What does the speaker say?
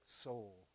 soul